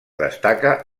destaca